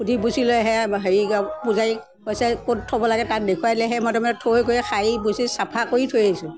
সুধি পুচি লৈ সেয়া হেৰি পূজাৰীক কৈছে ক'ত থ'ব লাগে তাক দেখুৱাই দিছে সেইমতে মানে থৈ কৰি সাৰি পুচি চাফা কৰি থৈ আহিছোঁ